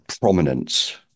prominence